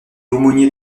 aumônier